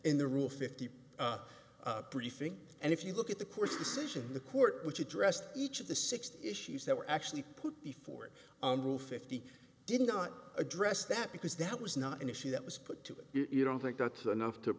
in the rule fifty briefing and if you look at the court's decision the court which addressed each of the sixty issues that were actually put the forward on roof fifty did not address that because that was not an issue that was put to it you don't think dr enough to